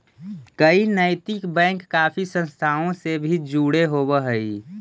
कई नैतिक बैंक काफी संस्थाओं से भी जुड़े होवअ हई